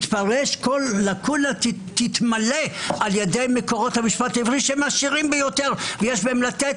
כל לקונה תתמלא על ידי מקורות המשפט העברי שהם עשירים ביותר ויש בהם לתת